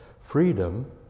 Freedom